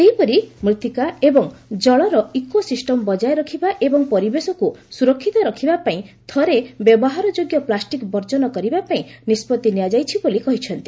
ସେହିପରି ମୃତ୍ତିକା ଏବଂ ଜଳର ଇକୋ ସିଷ୍ଟମ ବଜାୟ ରଖିବା ଏବଂ ପରିବେଶକୁ ସୁରକ୍ଷିତ ରଖିବା ପାଇଁ ଥରେ ବ୍ୟବହାରଯୋଗ୍ୟ ପ୍ଲାଷ୍ଟିକ୍ ବର୍ଜନ କରିବା ପାଇଁ ନିଷ୍କଭି ନିଆଯାଇଛି ବୋଲି କହିଛନ୍ତି